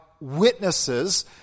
witnesses